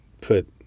put